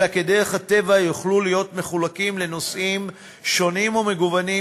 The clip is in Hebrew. אלא כדרך הטבע יוכלו להיות מחולקים לנושאים שונים ומגוונים,